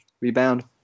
rebound